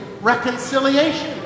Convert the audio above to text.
Reconciliation